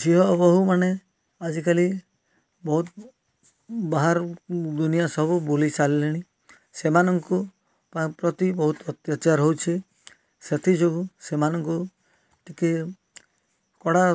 ଝିଅ ବୋହୂମାନେ ଆଜିକାଲି ବହୁତ ବାହାର ଦୁନିଆ ସବୁ ବୁଲି ସାରିଲେଣି ସେମାନଙ୍କୁ ପ୍ରତି ବହୁତ ଅତ୍ୟାଚାର ହେଉଛି ସେଥିଯୋଗୁ ସେମାନଙ୍କୁ ଟିକିଏ କଡ଼ା